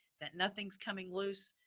that nothing's coming loose.